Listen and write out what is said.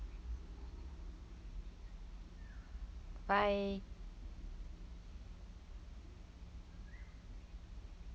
bye